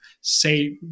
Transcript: say